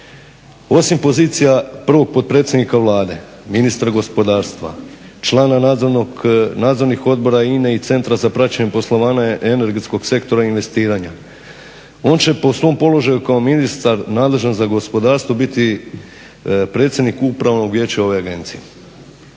Osim pozicija prvog potpredsjednika Vlade, ministra gospodarstva, člana nadzornih odbora INA-e i Centra za praćenje poslovanje energetskog sektora investiranja on će po svom položaju kao ministar nadležan za gospodarstvo biti predsjednik upravnog vijeća ove agencije.